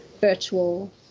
virtual